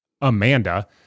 Amanda